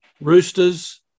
Roosters